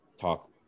talk